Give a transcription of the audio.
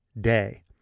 day